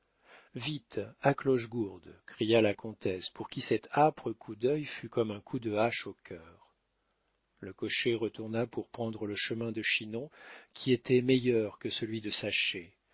vite à clochegourde cria la comtesse pour qui cet âpre coup dœil fut comme un coup de hache au cœur le cocher retourna pour prendre le chemin de chinon qui était meilleur que celui de saché